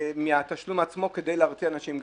מהתשלום עצמו כדי להרתיע אנשים.